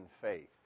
faith